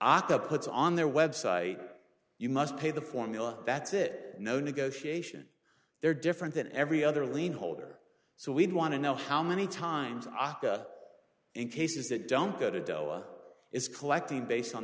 the puts on their website you must pay the formula that's it no negotiation there different than every other lien holder so we'd want to know how many times aka in cases that don't go to della is collecting based on